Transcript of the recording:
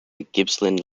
gippsland